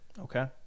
Okay